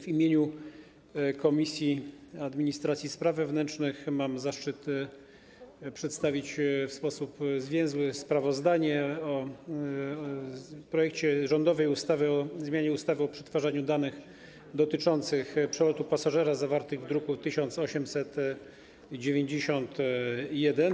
W imieniu Komisji Administracji i Spraw Wewnętrznych mam zaszczyt przedstawić w sposób zwięzły sprawozdanie o rządowym projekcie ustawy o zmianie ustawy o przetwarzaniu danych dotyczących przelotu pasażera, zawarte w druku nr 1891.